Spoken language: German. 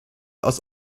aus